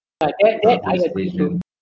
ah that that I will be to